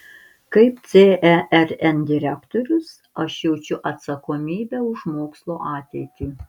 kaip cern direktorius aš jaučiu atsakomybę už mokslo ateitį